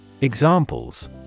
Examples